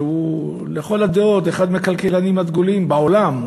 שהוא לכל הדעות אחד מהכלכלנים הדגולים בעולם,